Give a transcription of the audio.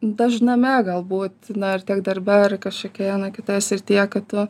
dažname galbūt na ar tiek darbe ar kažkokioje na kitoje srityje kad tu